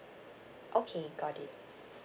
okay got it